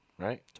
Right